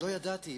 לא ידעתי.